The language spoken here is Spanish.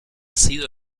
sido